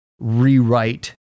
rewrite